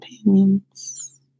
opinions